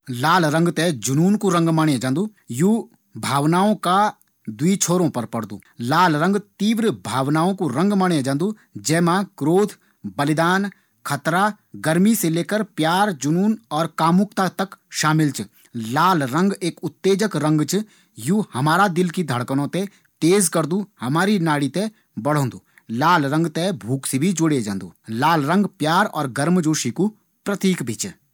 लाल रंग थें जुनून कू रंग माणे जांदू। यू भावनाओं का दुइ छोरों पर पड़दू। लाल रंग तीव्र भावनाओं कू रंग माणे जांदू जै मा क्रोध, बलिदान, खतरा गर्मी से लेकर प्यार जुनून और कामुकता तक शामिल च। लाल रंग एक उत्तेजक रंग च। यू हमारा दिल की धड़कनों थें तेज करदु। हमारी नाड़ी थें बढोंदू। लाल रंग थें भूख से भी जोड़े जांदू। लाल रंग प्यार और गर्मजोशी कू प्रतीक भी च।